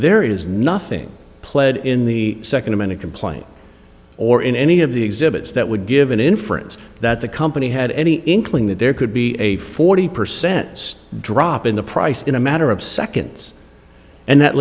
there is nothing pled in the second amount of complaint or in any of the exhibits that would give an inference that the company had any inkling that there could be a forty percent drop in the price in a matter of seconds and that